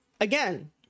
again